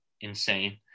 insane